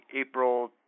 April